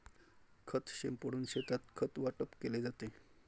खत शिंपडून शेतात खत वाटप केले जाते